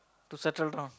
to settle down